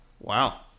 Wow